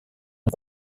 ont